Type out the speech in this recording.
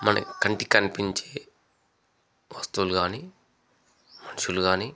మన కంటికి కనిపించే వస్తువులు కానీ మనుషులు కానీ